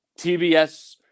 TBS